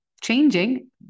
changing